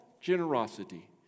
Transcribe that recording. generosity